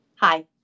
Hi